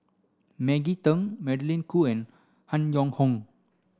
Maggie Teng Magdalene Khoo and Han Yong Hong